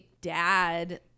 dad